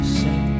say